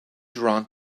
drawn